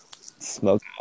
Smoke